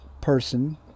person